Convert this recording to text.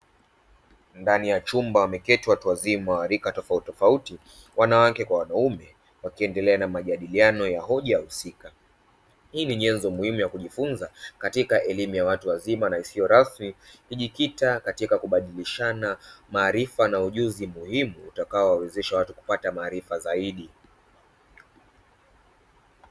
Ndani ya chumba wameketi watu wazima wa rika tofauti tofauti wanawake kwa wanaume wakiendelea na majadiliano ya hoja husika. Hii ni nyenzo muhimu ya kujifunza katika elimu ya watu wazima na isiyo rasmi ikijikita katika kubadilishana maarifa na ujuzi muhimu utakaowawezesha watu kupata maarifa zaidi.